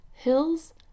Hills